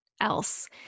else